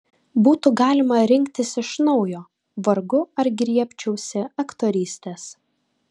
būtų galima rinktis iš naujo vargu ar griebčiausi aktorystės